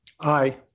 aye